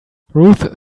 ruth